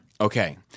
Okay